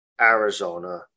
Arizona